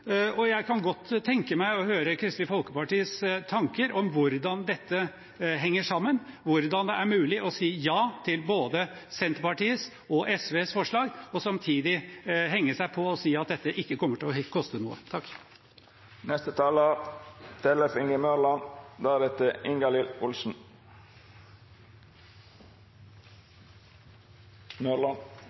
og jeg kan godt tenke meg å høre Kristelig Folkepartis tanker om hvordan dette henger sammen, hvordan det er mulig å si ja til både Senterpartiets og SVs forslag, og samtidig henge seg på og si at dette ikke kommer til å koste noe.